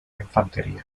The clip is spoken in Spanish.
infantería